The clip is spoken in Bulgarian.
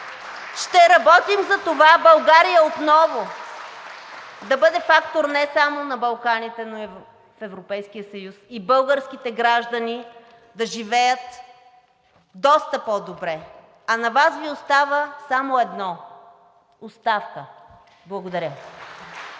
Ще работим за това България отново да бъде фактор не само на Балканите, но и в Европейския съюз и българските граждани да живеят доста по-добре, а на Вас Ви остава само едно – оставка. Благодаря.